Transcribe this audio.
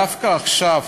דווקא עכשיו